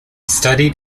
studied